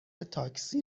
تاکسی